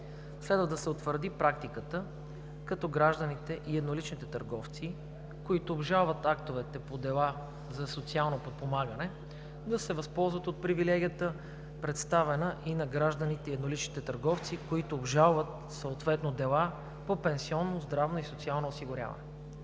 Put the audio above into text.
Следва да се утвърди практиката, като гражданите и едноличните търговци, които обжалват актове по дела за социално подпомагане да се ползват от привилегията, предоставена и на гражданите и едноличните търговци, които обжалват съответно дела по пенсионно, здравно и социално осигуряване.